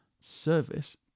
service